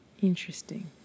Interesting